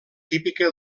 típica